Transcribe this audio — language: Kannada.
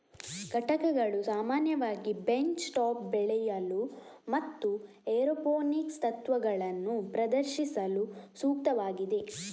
ಘಟಕಗಳು ಸಾಮಾನ್ಯವಾಗಿ ಬೆಂಚ್ ಟಾಪ್ ಬೆಳೆಯಲು ಮತ್ತು ಏರೋಪೋನಿಕ್ಸ್ ತತ್ವಗಳನ್ನು ಪ್ರದರ್ಶಿಸಲು ಸೂಕ್ತವಾಗಿವೆ